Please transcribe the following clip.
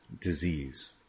disease